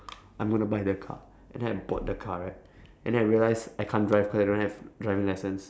I'm gonna buy the car and then I bought the car right and then I realise I can't drive cause I don't have driving license